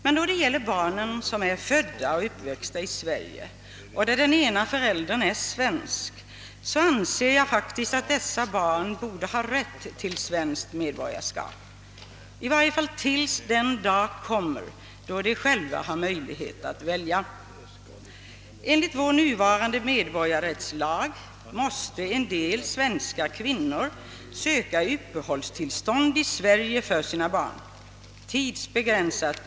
Men då det gäller de barn som är födda och uppväxta i Sverige och där den ena av föräldrarna är svensk, anser jag faktiskt att dessa barn borde ha rätt till svenskt medborgarskap, i varje fall tills den dag kommer då de själva har möjlighet att välja. Enligt vår nuvarande medborgarskapslag måste en del svenska kvinnor söka tidsbegränsåt uppehållstillstånd i Sverige för sina barn.